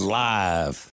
live